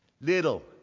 little